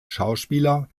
schauspieler